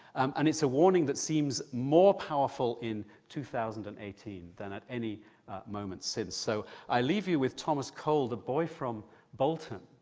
and it's a warning that seems more powerful in two thousand and eighteen than at any moment since. so i leave you with thomas cole, the boy from bolton,